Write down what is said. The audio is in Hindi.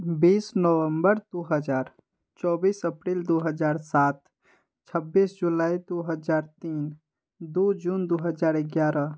बीस नवंबर दो हज़ार चौबीस अप्रील दो हज़ार सात छब्बीस जुलाई दो हज़ार तीन दो जून दो हज़ार ग्यारह